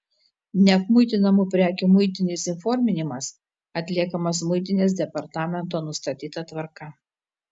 neapmuitinamų prekių muitinis įforminimas atliekamas muitinės departamento nustatyta tvarka